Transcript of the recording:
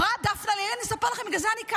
אדוני היושב-ראש, נכשלתי.